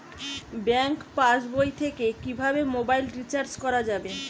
Bank পাশবই থেকে কিভাবে মোবাইল রিচার্জ করা যাবে?